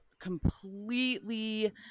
completely